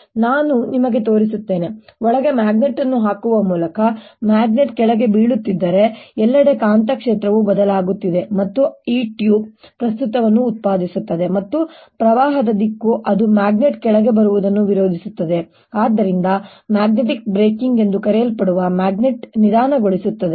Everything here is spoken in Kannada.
ಮತ್ತು ನಾವು ನಿಮಗೆ ತೋರಿಸುತ್ತೇವೆ ಒಳಗೆ ಮ್ಯಾಗ್ನೆಟ್ ಅನ್ನು ಹಾಕುವ ಮೂಲಕ ಮ್ಯಾಗ್ನೆಟ್ ಕೆಳಗೆ ಬೀಳುತ್ತಿದ್ದರೆ ಎಲ್ಲೆಡೆ ಕಾಂತಕ್ಷೇತ್ರವು ಬದಲಾಗುತ್ತಿದೆ ಮತ್ತು ಅದು ಈ ಟ್ಯೂಬ್ ಪ್ರಸ್ತುತವನ್ನು ಉತ್ಪಾದಿಸುತ್ತದೆ ಮತ್ತು ಪ್ರವಾಹದ ದಿಕ್ಕು ಅದು ಮ್ಯಾಗ್ನೆಟ್ ಕೆಳಗೆ ಬರುವುದನ್ನು ವಿರೋಧಿಸುತ್ತದೆ ಮತ್ತು ಆದ್ದರಿಂದ ಮ್ಯಾಗ್ನೆಟಿಕ್ ಬ್ರೇಕಿಂಗ್ ಎಂದು ಕರೆಯಲ್ಪಡುವ ಮ್ಯಾಗ್ನೆಟ್ ನಿಧಾನಗೊಳಿಸುತ್ತದೆ